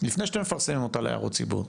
לפני שאתם מפרסמים אותה להערות ציבור?